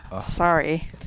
Sorry